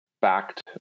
fact